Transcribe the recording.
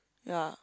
ya